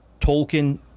Tolkien